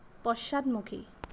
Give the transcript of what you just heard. পশ্চাদমুখী